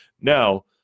Now